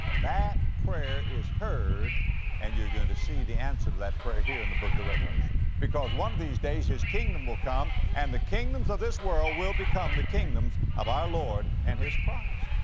that prayer is heard and you're going to see the answer to that prayer here in the book of the revelation. because one of these days his kingdom will come and, the kingdoms of this world will become the kingdoms of our lord and his christ.